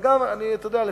לא היתה אמורה להביא שלום.